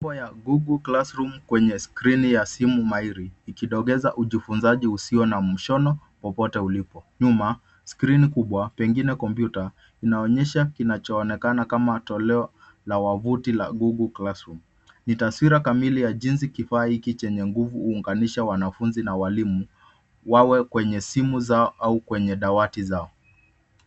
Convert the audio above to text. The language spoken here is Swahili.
Nembo ya Google Classroom kwenye skrini ya simu mairi ikidokeza ujifunzaji usio na mshono popote ulipo. Nyuma skrini kubwa pengine kompyuta inaonyesha kinachoonekana kama toleo la wavuti la Google Classroom . Ni taswira kamili ya jinsi kifaa hiki chenye nguvu huunganisha wanafunzi na walimu wao kwenye simu zao au kwenye dawati zao.